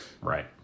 Right